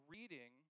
Reading